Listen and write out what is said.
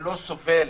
שלא סובל